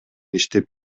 иштеп